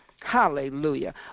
Hallelujah